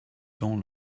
dents